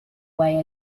way